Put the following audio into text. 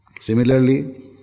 Similarly